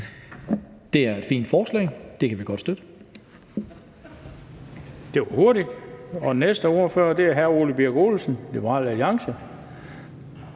Det er et fint forslag. Det kan vi godt støtte.